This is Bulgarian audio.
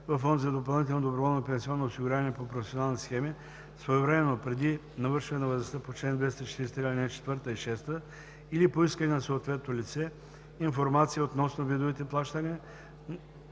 във фонд за допълнително доброволно пенсионно осигуряване по професионални схеми своевременно преди навършване на възрастта по чл. 243, ал. 4 и 6 или по искане на съответното лице информация относно видовете плащания,